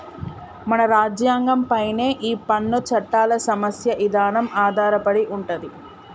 మన రాజ్యంగం పైనే ఈ పన్ను చట్టాల సమస్య ఇదానం ఆధారపడి ఉంటది